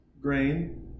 grain